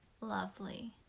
lovely